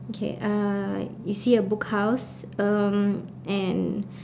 okay uh you see a book house um and